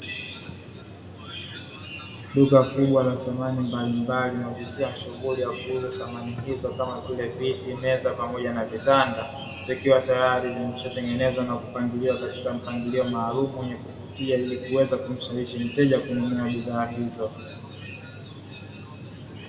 Duka kubwa la samani mbalimbali linalojihusisha na shughuli ya kuuza samani hizo, kama vile: viti, meza pamoja na vitanda. Zikiwa tayari zimekwisha tengenezwa na kupangiliwa katika mpangilio maalumu wenye kuvutia, ili kuweza kumshawishi mteja kununua bidhaa hizo.